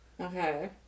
Okay